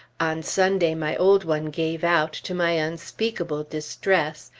on sunday my old one gave out, to my unspeakable distress,